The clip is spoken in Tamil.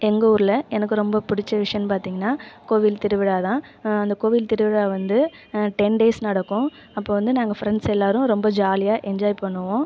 எங்கள் ஊரில் எனக்கு ரொம்ப பிடிச்ச விஷயம்னு பார்த்தீங்கனா கோவில் திருவிழா தான் அந்த கோவில் திருவிழா வந்து டென் டேஸ் நடக்கும் அப்போது வந்து நாங்கள் ஃப்ரண்ட்ஸ் எல்லாரும் ரொம்ப ஜாலியாக எஞ்ஜாய் பண்ணுவோம்